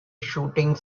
shooting